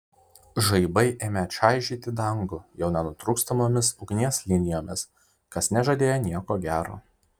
žaibai ėmė čaižyti dangų jau nenutrūkstamomis ugnies linijomis kas nežadėjo nieko gero